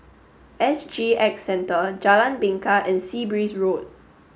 S G X Centre Jalan Bingka and Sea Breeze Road